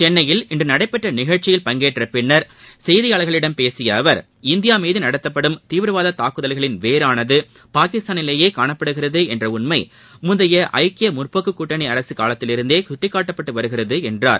சென்னையில் இன்று நடைபெற்ற நிகழ்ச்சியில் பங்கேற்றபின் செய்தியாளர்களிடம் பேசிய அவர் இந்தியா மீது நடத்தப்படும் தீவிரவாத தாக்குதல்களின் வேரானது பாகிஸ்தானிலேயே காணப்படுகிறது என்ற அரசு காலத்திலிருந்தே சுட்டிக்காட்டப்பட்டு வருகிறது என்றார்